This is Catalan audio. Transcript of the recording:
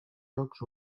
jocs